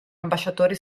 ambasciatori